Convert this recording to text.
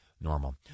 normal